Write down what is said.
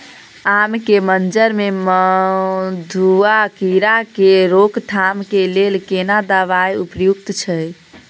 आम के मंजर में मधुआ कीरा के रोकथाम के लेल केना दवाई उपयुक्त छै?